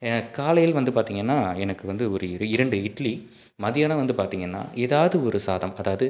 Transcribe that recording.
காலையில் வந்து பார்த்திங்கன்னா எனக்கு வந்து ஒரு இரண்டு இட்லி மதியானம் வந்து பார்த்திங்கன்னா எதாவது ஒரு சாதம் அதாவது